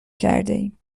کردهایم